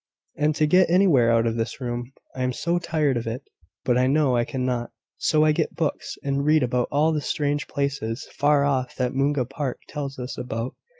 and to get anywhere out of this room i am so tired of it but i know i cannot so i get books, and read about all the strange places, far off, that mungo park tells us about,